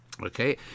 okay